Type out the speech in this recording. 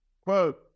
quote